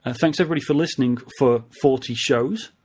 and thanks everybody for listening for forty shows.